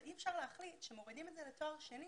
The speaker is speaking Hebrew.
אבל אי אפשר להחליט שמורידים את זה לתואר שני